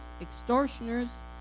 extortioners